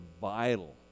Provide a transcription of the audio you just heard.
vital